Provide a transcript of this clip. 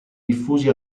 diffusi